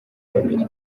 babiri